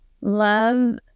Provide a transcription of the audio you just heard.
Love